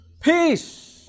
peace